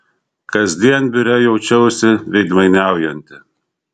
kasdien biure jaučiausi veidmainiaujanti